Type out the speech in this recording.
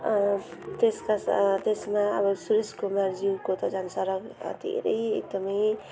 त्यसका साथ त्यसमा अब सुरेस कुमारज्यूको त झन साह्रो धेरै एकदमै